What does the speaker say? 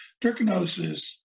trichinosis